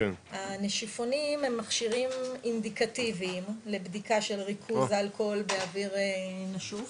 הנשיפונים הם מכשירים אינדקטיביים לבדיקה של ריכוז אלכוהול באוויר נשוף,